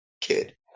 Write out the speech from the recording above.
kid